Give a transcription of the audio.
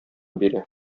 бирә